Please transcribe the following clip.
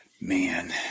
man